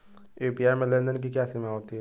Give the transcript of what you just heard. UPI में लेन देन की क्या सीमा होती है?